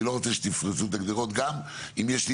אני לא רוצה שתפרצו את הגדרות גם אם יש לי